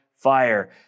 fire